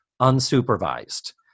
unsupervised